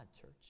church